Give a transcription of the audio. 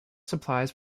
supplies